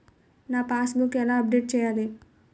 నా passbook ఎలా update చేయాలి?